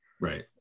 Right